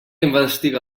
investiga